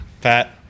Pat